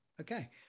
Okay